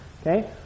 okay